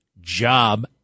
job